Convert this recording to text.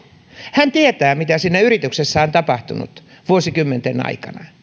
hän tietää mitä siinä yrityksessä on tapahtunut vuosikymmenten aikana